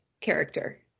character